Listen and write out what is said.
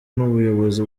n’ubuyobozi